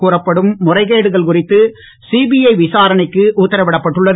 கூறப்படும் முறைகேடுகள் குறித்து சிபிஐ விசாரணைக்கு உத்தரவிடப் பட்டுள்ளது